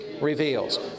Reveals